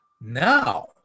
Now